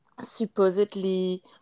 supposedly